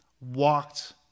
walked